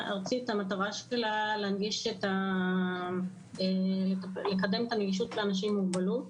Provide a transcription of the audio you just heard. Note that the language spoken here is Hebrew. המטרה של 'קהילה נגישה' ארצית לקדם את הנגישות לאנשים עם מוגבלות.